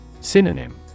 Synonym